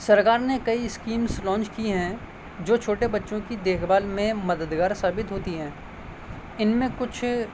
سرکار نے کئی اسکیمس لانچ کی ہیں جو چھوٹے بچّوں کی دیکھ بھال میں مددگار ثابت ہوتی ہیں ان میں کچھ